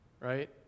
Right